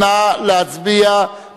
נא להצביע.